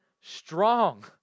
strong